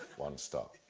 one star.